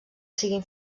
siguin